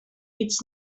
its